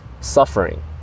suffering